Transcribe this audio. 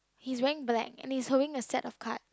he's wearing black and he's holding a stack of cards